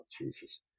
Jesus